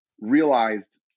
realized